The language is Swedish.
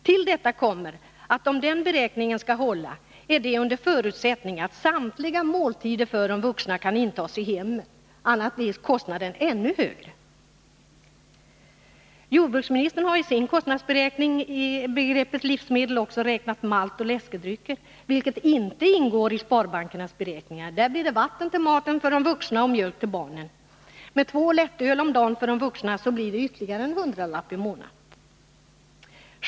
Till detta kommer att beräkningen endast håller under förutsättning att samtliga måltider för de vuxna kan intas i hemmet, annars blir kostnaderna ännu högre. Jordbruksministern har i sin kostnadsberäkning i begreppet livsmedel också räknat in maltoch läskedrycker, vilka inte ingår i sparbankernas beräkning. Enligt den blir det vatten till maten för de vuxna och mjölk till barnen. Med två lättöl om dagen för de vuxna stiger kostnaderna med ytterligare en hundralapp i månaden.